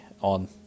on